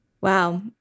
Wow